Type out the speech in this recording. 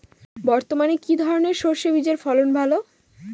বর্তমানে কি ধরনের সরষে বীজের ফলন ভালো?